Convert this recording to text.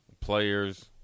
players